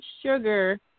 sugar